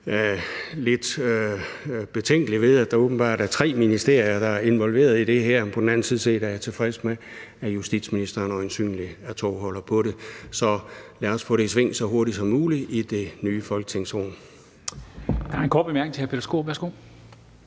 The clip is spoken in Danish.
jeg er lidt betænkelig ved, at der åbenbart er tre ministerier, der er involveret i det her. På den anden side er jeg tilfreds med, at justitsministeren øjensynlig er tovholder på det. Så lad os få det i sving så hurtigt som muligt i det nye folketingsår. Kl. 10:26 Formanden (Henrik Dam